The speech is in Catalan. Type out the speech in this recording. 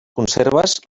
conserves